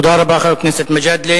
תודה רבה, חבר הכנסת מג'אדלה.